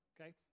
okay